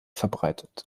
verbreitet